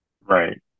right